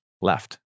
left